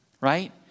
Right